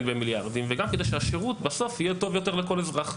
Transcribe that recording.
במיליארדים וגם כדי שהשירות בסוף יהיה טוב יותר לכל אזרח.